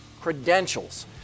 Credentials